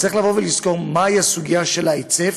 צריך לזכור מהי הסוגיה של ההיצף,